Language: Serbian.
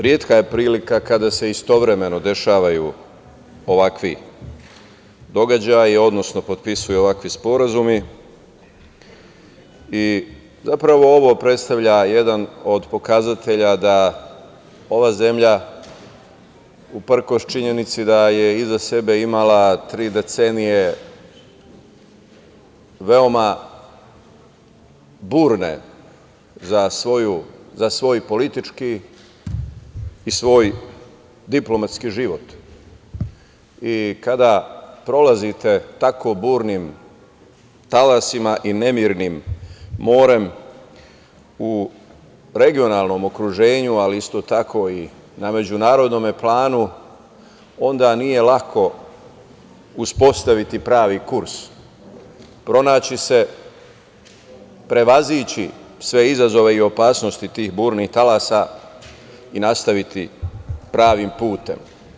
Retka je prilika kada se istovremeno dešavaju ovakvi događaji, odnosno potpisuju ovakvi sporazumi i zapravo ovo predstavlja jedan od pokazatelja da ova zemlja uprkos činjenici da je iza sebe imala tri decenije veoma burne za svoj politički i svoj diplomatski život i kada prolazite tako burnim talasima i nemirnim morem, u regionalnom okruženju, ali isto tako i na međunarodnom planu, onda nije lako uspostaviti pravi kurs, pronaći se, prevazići sve izazove i opasnosti tih burnih talasa i nastaviti pravim putem.